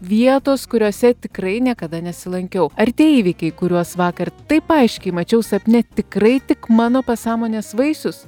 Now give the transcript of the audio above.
vietos kuriose tikrai niekada nesilankiau ar tie įvykiai kuriuos vakar taip aiškiai mačiau sapne tikrai tik mano pasąmonės vaisius